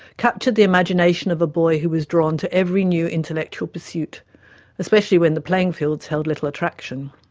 captured the imagination of a boy who was drawn to every new intellectual pursuit especially when the playing fields held little attraction.